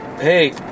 hey